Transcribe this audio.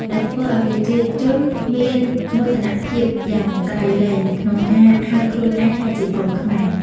ដែលធ្វើឱ្យប្រជាជនមានមោទនភាពយ៉ាងក្រៃលែងក្នុងការហៅខ្លួនឯងថាជា កូនខ្មែរ។